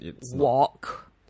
walk